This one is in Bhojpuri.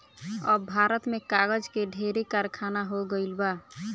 अब भारत में कागज के ढेरे कारखाना हो गइल बा